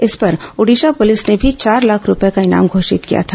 इस पर ओडिशा पुलिस ने भी चार लाख रूपये का इनाम घोषित किया था